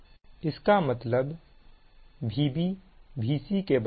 इसका मतलब Vb Vc के बराबर है